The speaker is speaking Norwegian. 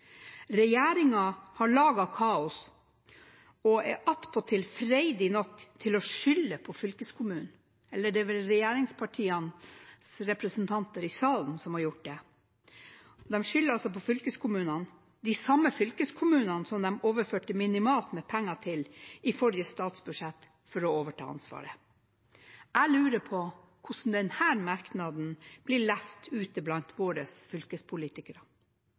har laget kaos og er attpåtil freidig nok til å skylde på fylkeskommunene – det er vel regjeringspartienes representanter i salen som har gjort det. De skylder på fylkeskommunene, de samme fylkeskommunene som de overførte minimalt med penger til i forrige statsbudsjett for å overta ansvaret. Jeg lurer på hvordan denne merknaden blir lest ute blant våre fylkespolitikere.